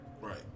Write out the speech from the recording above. Right